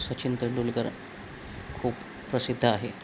सचिन तेंडुलकर खूप प्रसिद्ध आहे